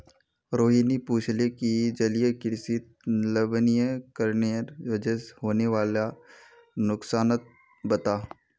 रोहिणी पूछले कि जलीय कृषित लवणीकरनेर वजह होने वाला नुकसानक बता